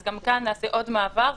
אז גם כאן נעשה עוד מעבר,